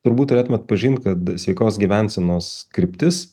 turbūt turėtumėt pažint kad sveikos gyvensenos kryptis